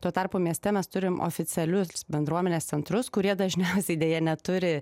tuo tarpu mieste mes turim oficialius bendruomenės centrus kurie dažniausiai deja neturi